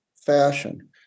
fashion